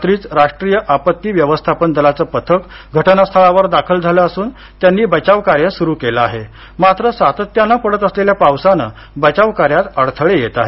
रात्रीच राष्ट्रीय आपत्ती व्यवस्थापन दलाचं पथक घटनास्थळावर दाखल झाले असून त्यांनी बचाव कार्य सुरू केले आहे मात्र सातत्याने पडत असलेल्या पावसानं बचाव कार्यात अडथळे येत आहेत